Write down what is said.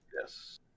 Yes